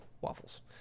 waffles